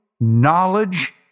knowledge